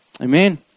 Amen